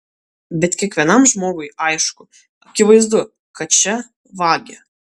bet kiekvienam žmogui aišku akivaizdu kad čia vagia